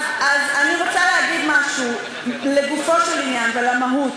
אני רוצה להגיד משהו לגופו של עניין ולמהות.